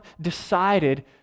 decided